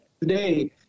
today